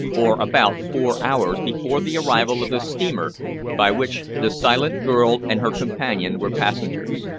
or about four hours before the arrival of the steamer by which the silent girl and her companion were passengers.